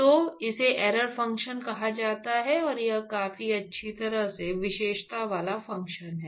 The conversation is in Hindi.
तो इसे एरर फ़ंक्शन कहा जाता है और यह काफी अच्छी तरह से विशेषता वाला फंक्शन है